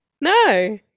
No